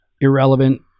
irrelevant